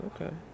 Okay